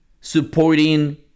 supporting